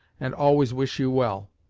and always wish you well,